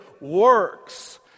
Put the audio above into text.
works